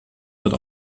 wird